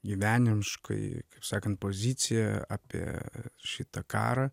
gyvenimiškai kaip sakant pozicija apie šitą karą